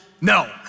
No